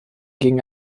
ging